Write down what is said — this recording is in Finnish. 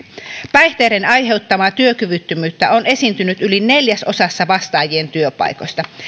päihteiden aiheuttamaa työkyvyttömyyttä on esiintynyt yli neljäsosassa vastaajien työpaikoista